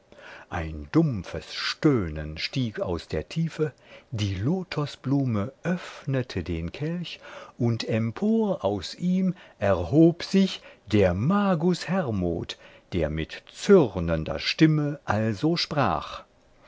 ein dumpfes stöhnen stieg aus der tiefe die lotosblume öffnete den kelch und empor aus ihm erhob sich der magus hermod der mit zürnender stimme also sprach